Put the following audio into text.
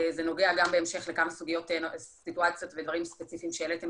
זה נוגע גם בהמשך לכמה סיטואציות ודברים ספציפיים שהעליתם